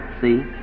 see